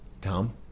Tom